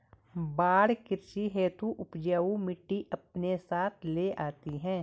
बाढ़ कृषि हेतु उपजाऊ मिटटी अपने साथ ले आती है